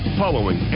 following